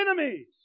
enemies